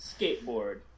skateboard